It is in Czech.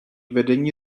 vedení